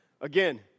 Again